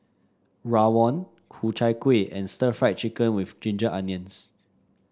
rawon Ku Chai Kueh and Stir Fried Chicken with Ginger Onions